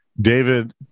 David